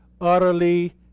utterly